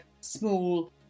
small